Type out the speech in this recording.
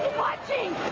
watching